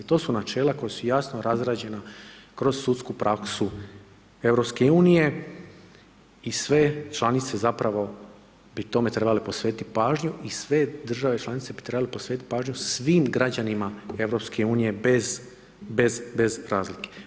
To su načela koja su jasno razrađena kroz sudsku praksu EU i sve članice zapravo bi tome trebale posvetiti pažnju i sve države članice bi trebale posvetiti pažnju svim građanima EU bez razlike.